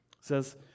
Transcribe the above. says